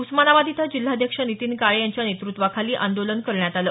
उस्मानाबाद इथं जिल्हाध्यक्ष नितीन काळे यांच्या नेतृत्वाखाली आंदोलन करण्यात आलं